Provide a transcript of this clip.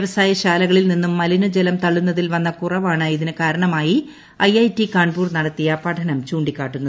വ്യവസായശാലകളിൽ നിന്നും മലിനജലം തള്ളുന്നതിൽ വന്ന കുറവാണ് ഇതിന് കാരണമായി ഐഐറ്റി കാൺപൂർ നടത്തിയ പഠനം ചൂണ്ടിക്കാട്ടുന്നത്